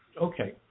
okay